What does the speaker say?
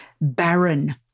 Barren